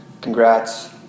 congrats